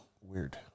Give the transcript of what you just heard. weird